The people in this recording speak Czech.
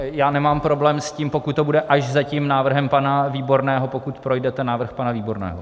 Já nemám problém s tím, pokud to bude až za tím návrhem pana Výborného, pokud projde návrh pana Výborného.